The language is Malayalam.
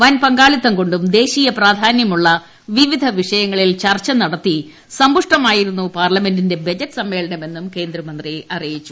വൻ പങ്കാളിത്തംകൊണ്ടും ദേശീയ പ്രാധാന്യമുള്ള വിവിധ വിഷയങ്ങളിൽ ചർച്ച നടത്തി സമ്പുഷ്ടമായിരുന്നു പാർലമെന്റിന്റെ ബജറ്റ് സമ്മേളനമെന്നും കേന്ദ്രമന്ത്രി അറിയിച്ചു